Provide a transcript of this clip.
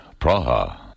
Praha